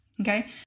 okay